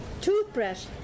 Toothbrush